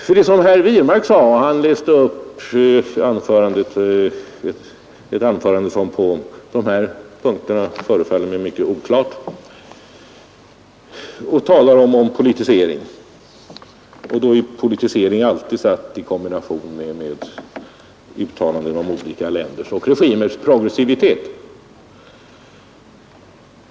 Herr Wirmark läste upp ett anförande, som på dessa punkter förefaller mig mycket oklart. Han talade där om politisering, en företeelse som genomgående kombinerades med uttalanden om olika länders och regimers progressivitet.